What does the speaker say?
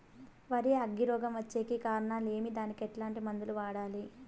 వరి అగ్గి రోగం వచ్చేకి కారణాలు ఏమి దానికి ఎట్లాంటి మందులు వాడాలి?